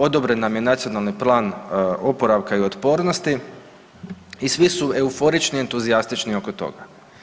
Odobren nam je Nacionalni plan oporavka i otpornosti i svi su euforični i entuzijastični oko toga.